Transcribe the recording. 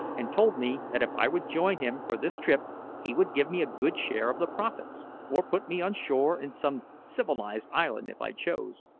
and told me that if i would join him for this trip he would give me a good share of the profits, or put me on shore in some civilised island if i chose.